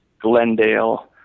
Glendale